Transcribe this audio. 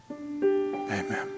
amen